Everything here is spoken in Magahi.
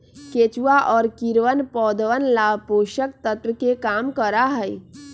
केचुआ और कीड़वन पौधवन ला पोषक तत्व के काम करा हई